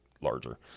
larger